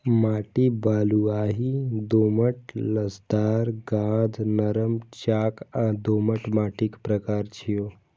माटि बलुआही, दोमट, लसदार, गाद, नरम, चाक आ दोमट माटिक प्रकार छियै